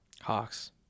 Hawks